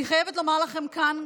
אני חייבת לומר לכם כאן,